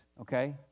okay